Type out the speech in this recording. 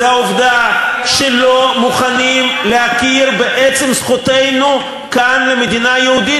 זו העובדה שלא מוכנים להכיר בעצם זכותנו כאן למדינה יהודית,